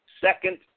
Second